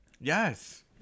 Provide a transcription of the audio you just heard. Yes